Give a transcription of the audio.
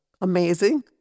amazing